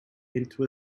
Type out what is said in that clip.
into